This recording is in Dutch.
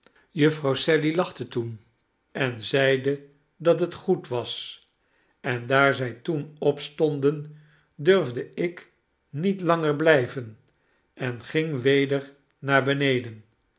jufvrouw sally lachte toen en zeide dat het goed was en daar zij toen opstonden durfde ik niet langer blijven en ging weder naar beneden